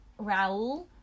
Raul